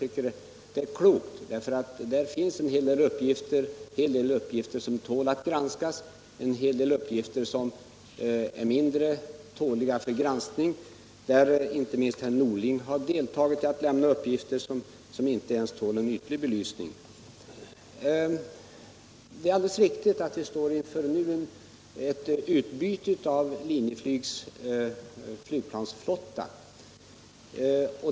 Det är klokt eftersom där finns en hel del uppgifter som tål att granskas, en hel del uppgifter som är mindre tåliga för granskning och uppgifter som herr Norling har varit med om att lämna, vilka inte ens tål en ytlig belysning. Det är alldeles riktigt att vi nu står inför ett utbyte av Linjeflygs flygplansflotta.